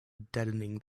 deadening